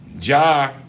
Ja